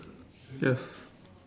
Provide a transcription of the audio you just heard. yes